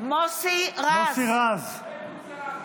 מוסי רז.